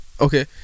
Okay